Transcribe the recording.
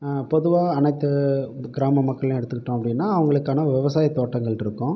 பொதுவாக அனைத்து கிராம மக்களையும் எடுத்துக்கிட்டோம் அப்படினா அவங்களுக்கான விவசாய தோட்டங்கள் இருக்கும்